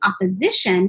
opposition